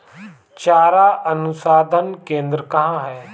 चारा अनुसंधान केंद्र कहाँ है?